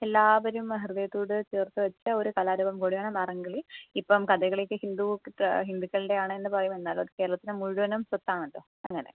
എല്ലാവരും ഹൃദയത്തോട് ചേർത്ത് വെച്ച ഒരു കലാരൂപം കൂടിയാണ് മാർഗം കളി ഇപ്പോൾ കഥകളിക്ക് ഹിന്ദു ഹിന്ദുക്കളുടെ ആണെന്ന് പറയും എന്നാൽ അത് കേരളത്തിന്റെ മുഴുവനും സ്വത്താണല്ലോ അങ്ങനെ